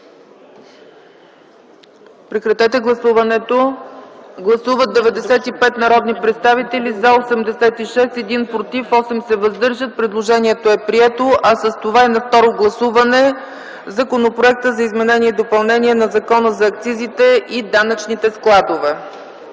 комисията за § 44. Гласували 95 народни представители: за 86, против 1, въздържали се 8. Предложението е прието, а с това и на второ гласуване Законопроектът за изменение и допълнение на Закона за акцизите и данъчните складове.